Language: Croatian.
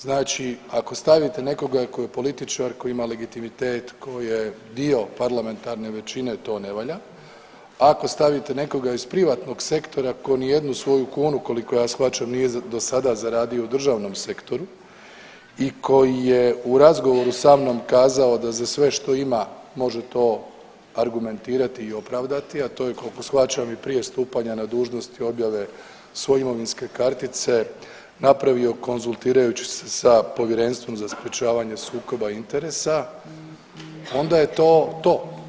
Znači ako stavite nekoga ko je političar, ko ima legitimitet, ko je dio parlamentarne većine to ne valja, ako stavite nekoga iz privatnog sektora ko nijednu svoju kunu koliko ja shvaćam nije do sada zaradio u državnom sektoru i koji je u razgovoru sa mnom kazao da za sve što ima može to argumentirati i opravdati, a to je koliko shvaćam i prije stupanja na dužnost i objave svoje imovinske kartice napravio konzultirajući se sa Povjerenstvom za sprječavanje sukoba interesa onda je to to.